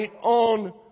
on